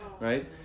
right